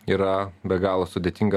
yra be galo sudėtinga